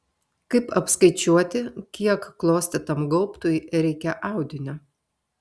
kaip apskaičiuoti kiek klostytam gaubtui reikia audinio